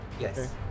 Yes